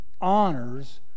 honors